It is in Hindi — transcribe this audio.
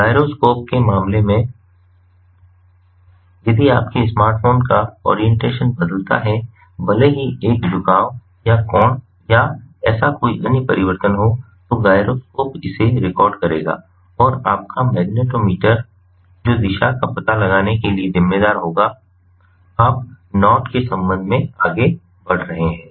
गायरोस्कोप के मामले में यदि आपके स्मार्टफ़ोन का ओरिएंटेशन बदलता है भले ही एक झुकाव या कोण या ऐसा कोई अन्य परिवर्तन हो तो गायरोस्कोप इसे रिकॉर्ड करेगा और आपका मैग्नेटोमीटर जो दिशा का पता लगाने के लिए जिम्मेदार होगा आप नॉट के संबंध में आगे बढ़ रहे हैं